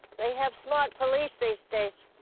they have smart police these days,